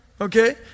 Okay